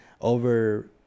over